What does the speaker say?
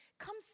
Come